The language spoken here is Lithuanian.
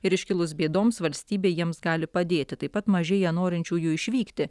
ir iškilus bėdoms valstybė jiems gali padėti taip pat mažėja norinčiųjų išvykti